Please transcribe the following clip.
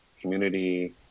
community